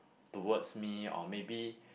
towards me or maybe